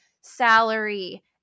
salary